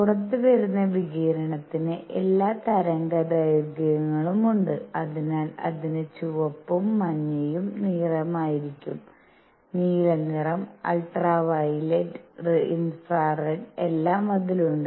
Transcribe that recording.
പുറത്തുവരുന്ന വികിരണത്തിന് എല്ലാ തരംഗദൈർഘ്യങ്ങളുമുണ്ട് അതിനാൽ അതിന് ചുവപ്പും മഞ്ഞയും നിറമായിരിക്കും നീല നിറം അൾട്രാവയലറ്റ് ഇൻഫ്രാറെഡ് എല്ലാം അതിലുണ്ട്